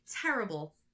terrible